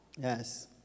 Yes